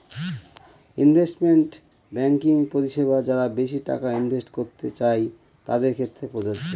investment banking পরিষেবা যারা বেশি টাকা ইনভেস্ট করতে চাই তাদের ক্ষেত্রে প্রযোজ্য